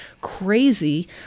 crazy